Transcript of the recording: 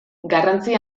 garrantzi